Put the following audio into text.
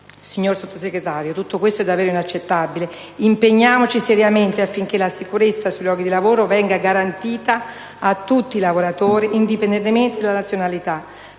Signor Sottosegretario, tutto questo è davvero inaccettabile. Impegniamoci seriamente affinché la sicurezza sui luoghi di lavoro venga garantita a tutti i lavoratori, indipendentemente dalla nazionalità.